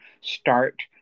start